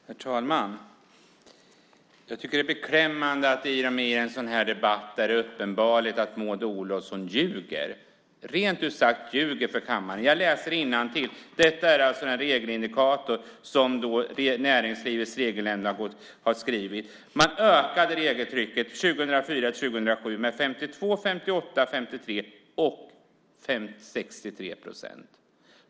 Herr talman! Jag tycker att det är beklämmande att vara med i en sådan här debatt, där det är uppenbart att Maud Olofsson ljuger - rent ut sagt ljuger! - för kammaren. Jag läser innantill. Detta är alltså den regelindikator som Näringslivets Regelnämnd har skrivit. Man ökade regeltrycket 2004 till 2007 med 52, 58, 53 och 63 procent.